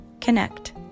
connect